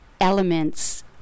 elements